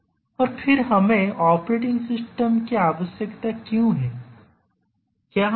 और फिर हमें ऑपरेटिंग सिस्टम की आवश्यकता क्यों है